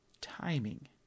timing